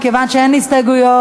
מכיוון שאין הסתייגויות,